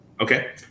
Okay